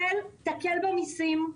תקל במיסים,